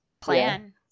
plan